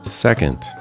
Second